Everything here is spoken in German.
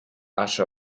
asche